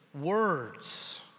words